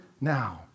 now